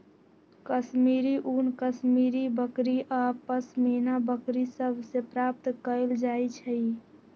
कश्मीरी ऊन कश्मीरी बकरि आऽ पशमीना बकरि सभ से प्राप्त कएल जाइ छइ